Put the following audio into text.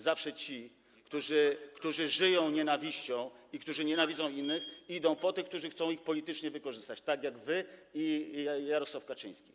Zawsze ci, którzy żyją nienawiścią i którzy nienawidzą innych, [[Gwar na sali, dzwonek]] idą po tych, którzy chcą ich politycznie wykorzystać, tak jak wy i Jarosław Kaczyński.